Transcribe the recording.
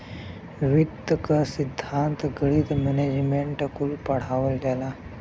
वित्त क सिद्धान्त, गणित, मैनेजमेंट कुल पढ़ावल जाला